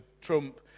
Trump